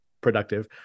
productive